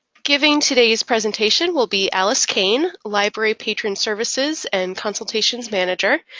giving today's presentation will be alice kane, library patron services and consultations manager.